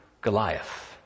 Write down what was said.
goliath